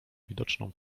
widoczną